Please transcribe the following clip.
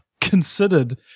considered